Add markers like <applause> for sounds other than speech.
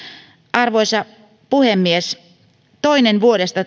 arvoisa puhemies toinen vuodesta <unintelligible>